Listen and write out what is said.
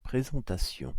présentation